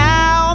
Now